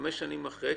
חמש שנים אחרי,